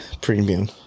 premium